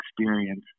experience